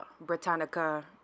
Britannica